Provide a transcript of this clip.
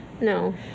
No